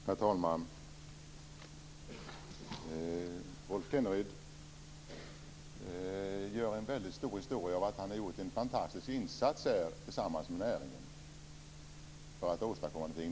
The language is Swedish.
Herr talman! Rolf Kenneryd gör en väldigt stor historia av att han har gjort en fantastiskt insats tillsammans med näringen för att åstadkomma någonting.